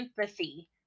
empathy